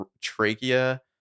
trachea